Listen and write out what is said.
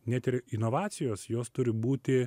net ir inovacijos jos turi būti